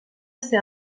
ser